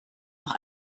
noch